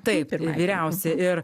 taip ir vyriausi ir